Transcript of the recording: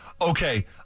Okay